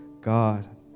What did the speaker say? God